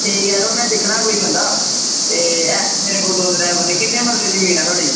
ठीक ऐ यरो में दिक्खना कोई बंदा एह् ऐ मेरे कोल दो त्रै बंदे ते किन्ने मरले जमीन ऐ थुआढ़ी